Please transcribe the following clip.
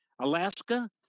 Alaska